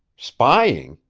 spying?